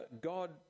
god